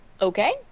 Okay